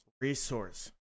resource